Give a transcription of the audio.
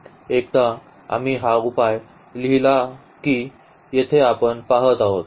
एकदा आम्ही हा उपाय लिहिला की येथे आपण पाहत आहोत